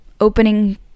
opening